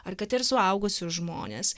ar kad ir suaugusius žmones